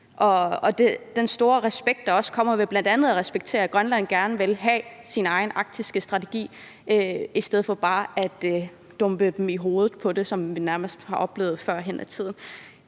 og den store respekt, der kommer ved bl.a. at respektere, at Grønland gerne vil have sin egen arktiske strategi, i stedet for bare at dumpe det i hovedet på dem, som vi nærmest har oplevet det førhen i tiden.